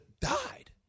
died